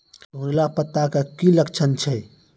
घुंगरीला पत्ता के की लक्छण छै?